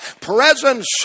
presence